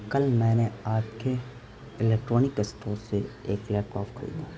کل میں نے آپ کے الیکٹرانک اسٹور سے ایک لیپ ٹاپ خریدا